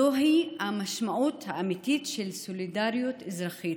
זו היא המשמעות האמיתית של סולידריות אזרחית.